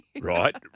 right